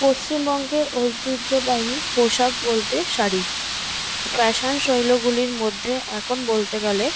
পশ্চিমবঙ্গে ঐতিহ্যবাহী পোশাক বলতে শাড়ি ফ্যাশন শৈলীগুলির মধ্যে এখন বলতে গেলে